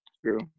True